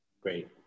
Great